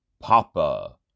Papa